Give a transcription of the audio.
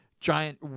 giant